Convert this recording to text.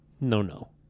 no-no